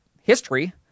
history